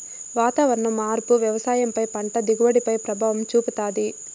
వాతావరణ మార్పు వ్యవసాయం పై పంట దిగుబడి పై ప్రభావం చూపుతాది